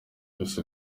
gusa